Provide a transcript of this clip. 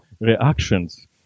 reactions